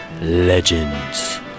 legends